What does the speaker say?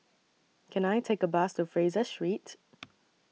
Can I Take A Bus to Fraser Street